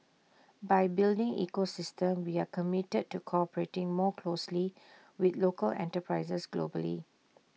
by building ecosystem we are committed to cooperating more closely with local enterprises globally